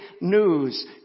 news